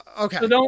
Okay